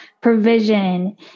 provision